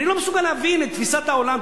אני לא מסוגל להבין את תפיסת העולם,